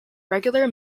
regular